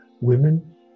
women